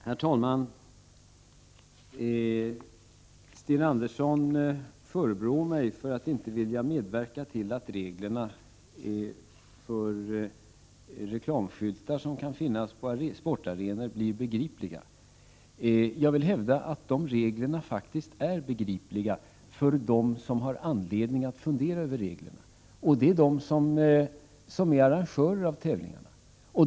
Herr talman! Sten Andersson förebrår mig för att inte vilja medverka till att reglerna för reklamskyltar som kan finnas på sportarenor blir begripliga. Jag vill hävda att de reglerna faktiskt är begripliga — för dem som har anledning att fundera över dem, och det är de som är arrangörer av tävlingarna.